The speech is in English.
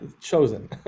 chosen